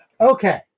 Okay